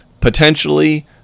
potentially